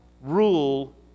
rule